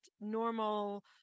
normal